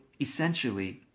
essentially